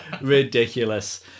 ridiculous